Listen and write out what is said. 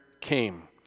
came